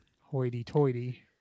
Hoity-toity